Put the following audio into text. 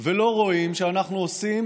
ולא רואים שאנחנו עושים